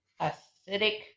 acidic